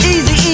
Easy